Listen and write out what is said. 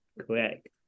Correct